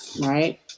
Right